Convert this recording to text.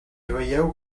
veieu